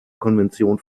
konvention